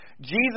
Jesus